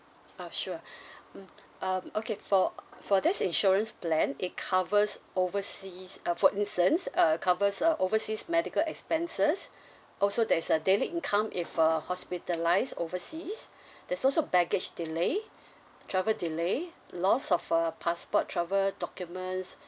oh sure mm um okay for for this insurance plan it covers overseas uh for instance err covers uh overseas medical expenses also there is a daily income if uh hospitalised overseas there's also baggage delay travel delay lost of uh passport travel documents